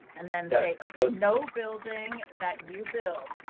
and then say, okay, no building that you built.